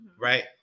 right